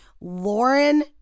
Lauren